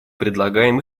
предлагаем